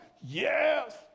yes